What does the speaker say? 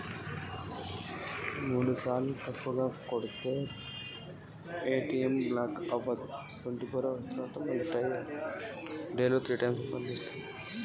మూడుసార్ల తప్పుగా కొడితే ఏ.టి.ఎమ్ బ్లాక్ ఐతదా?